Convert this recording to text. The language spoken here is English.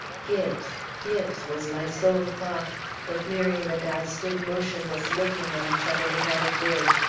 gibbes! gibbes! was my sole thought but miriam and i stood motionless looking at each other without a word.